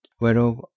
whereof